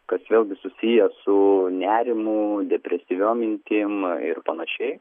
kas vėlgi susiję su nerimu depresyviom mintim ir panašiai